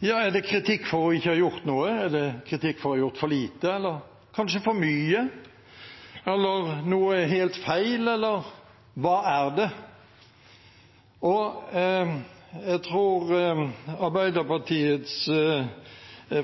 Er det kritikk for ikke å ha gjort noe? Er det kritikk for å ha gjort for lite, eller kanskje for mye, eller at noe er helt feil? Hva er det? Arbeiderpartiets